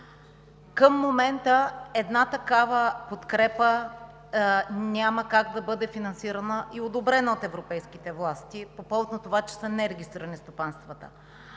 Към момента една такава подкрепа няма как да бъде финансирана и одобрена от европейските власти по повод на това, че са нерегистрирани стопанствата